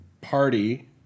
party